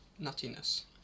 nuttiness